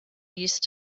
used